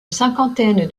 cinquantaine